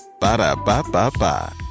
Ba-da-ba-ba-ba